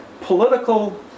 political